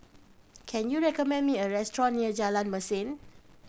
can you recommend me a restaurant near Jalan Mesin